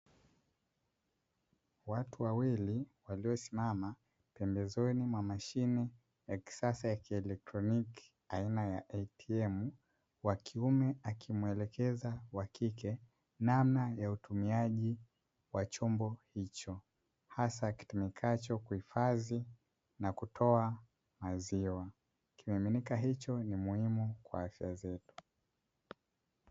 Watu wawili walio simama pembezoni mwa mashine ya kisasa ya kieletroniki aina ya "ATM", wakiume akimuelekeza wakike namna ya utumiajia wa chombo hicho hasa kitumikacho kuhifadhi na kutoa mazima kimiminika hicho ni muhimu kwa Afya zetu.